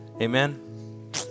Amen